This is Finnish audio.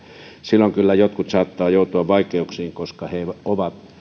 silloin kyllä jotkut saattavat joutua vaikeuksiin koska he ovat